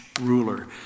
ruler